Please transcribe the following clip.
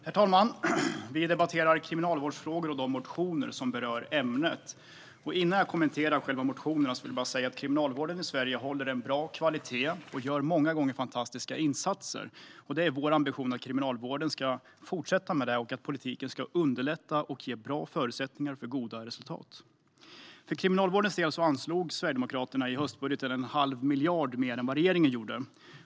Herr talman! Vi debatterar kriminalvårdsfrågor och de motioner som berör ämnet. Innan jag kommenterar själva motionerna vill jag säga att kriminalvården i Sverige håller en bra kvalitet och många gånger gör fantastiska insatser. Vår ambition är att kriminalvården ska fortsätta med detta och att politiken ska underlätta och ge bra förutsättningar för goda resultat. För kriminalvårdens del anslog Sverigedemokraterna i höstbudgeten en halv miljard mer än vad regeringen gjorde.